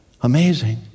amazing